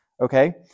okay